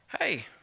Hey